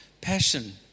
passion